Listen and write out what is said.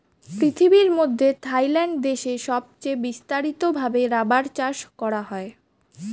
পৃথিবীর মধ্যে থাইল্যান্ড দেশে সবচে বিস্তারিত ভাবে রাবার চাষ করা হয়